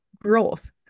growth